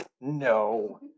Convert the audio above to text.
No